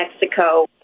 Mexico